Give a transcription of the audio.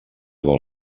del